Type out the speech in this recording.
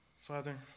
Father